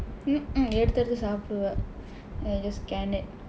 எடுத்து எடுத்து சாப்பிடுவ:eduththu eduththu saappiduva then you just scan it